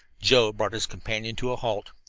joe brought his companion to a halt,